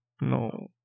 no